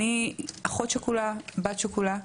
אני אחות שכולה, בת שכולה.